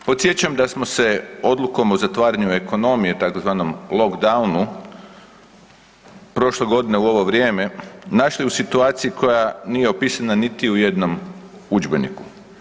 Podsjećam da smo se odlukom o zatvaranju ekonomije, tzv. lockdownu prošle godine u ovo vrijeme, našli u situaciji koja nije opisana niti u jednom udžbeniku.